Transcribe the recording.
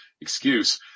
excuse